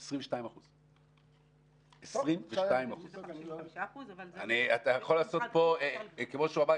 22%. אני חושבת שזה 55% אבל --- כמו שהוא אמר,